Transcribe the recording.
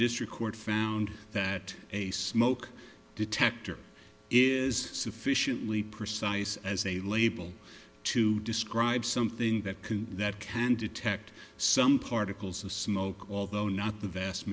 district court found that a smoke detector is sufficiently precise as a label to describe something that can that can detect some particles of smoke although not the vast